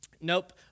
Nope